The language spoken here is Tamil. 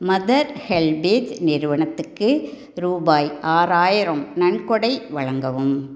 மதர் ஹெல்டேஜ் நிறுவனத்துக்கு ரூபாய் ஆறாயிரம் நன்கொடை வழங்கவும்